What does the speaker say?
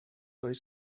oes